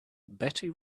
betty